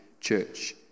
church